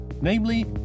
namely